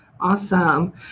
Awesome